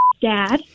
dad